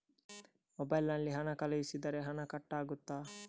Mobile ನಲ್ಲಿ ಹಣ ಕಳುಹಿಸಿದರೆ ಹಣ ಕಟ್ ಆಗುತ್ತದಾ?